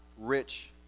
rich